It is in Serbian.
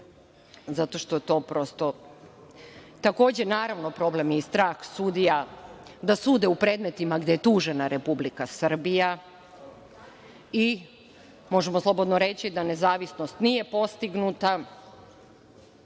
zato što je to prosto…Takođe, naravno, problem je i strah sudija da sude u predmetima gde je tužena Republika Srbija i možemo slobodno reći da nezavisnost nije postignuta